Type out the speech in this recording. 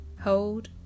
Hold